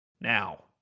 Now